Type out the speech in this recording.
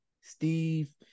Steve